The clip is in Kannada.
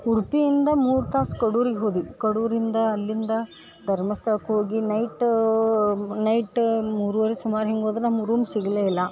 ಉಡುಪಿಯಿಂದ ಮೂರು ತಾಸು ಕಡೂರಿಗೆ ಹೋದ್ವಿ ಕಡೂರಿಂದ ಅಲ್ಲಿಂದ ಧರ್ಮಸ್ಥಳಕ್ಕೆ ಹೋಗಿ ನೈಟೂ ನೈಟ ಮೂರೂವರೆ ಸುಮಾರು ಹಿಂಗೆ ಹೋದ್ರೆ ನಮ್ಗೆ ರೂಮ್ ಸಿಗಲೇ ಇಲ್ಲ